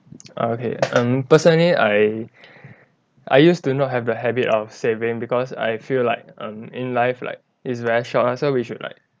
err okay um personally I I used to not have the habit of saving because I feel like um in life like it's very short ah so we should like